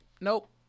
Nope